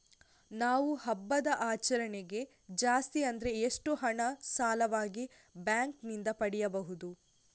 ನಾವು ಹಬ್ಬದ ಆಚರಣೆಗೆ ಜಾಸ್ತಿ ಅಂದ್ರೆ ಎಷ್ಟು ಹಣ ಸಾಲವಾಗಿ ಬ್ಯಾಂಕ್ ನಿಂದ ಪಡೆಯಬಹುದು?